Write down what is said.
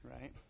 right